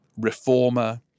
reformer